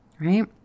right